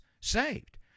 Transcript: saved